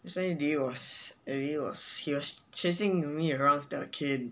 isn't it he was he was chasing me around the arcade